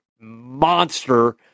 monster